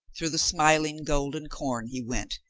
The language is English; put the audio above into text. through the smiling, golden corn, he went,